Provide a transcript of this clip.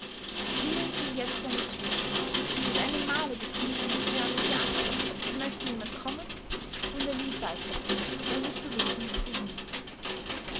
innen ging jetzt eine tür mit einem male befiel ihn eine törichte angst es möchte jemand kommen und er lief weiter ohne zu wissen wohin